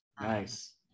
Nice